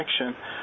action